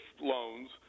loans